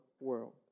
world